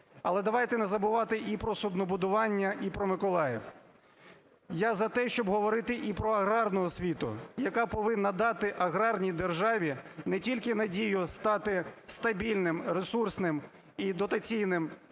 Але давайте не забувати і про суднобудування, і про Миколаїв. Я за те, щоб говорити і про аграрну освіту, яка повинна дати аграрній державі не тільки надію стати стабільним ресурсним і дотаційним